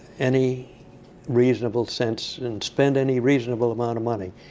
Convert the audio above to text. any reasonable sense and spend any reasonable amount of money.